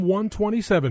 127